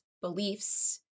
beliefs